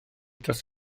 dros